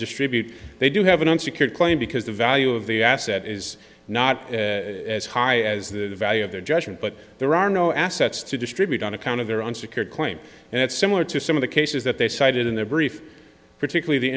distribute they do have an unsecured claim because the value of the asset is not as high as the value of their judgment but there are no assets to distribute on account of their unsecured claim and it's similar to some of the cases that they cited in their brief particularly